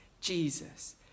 Jesus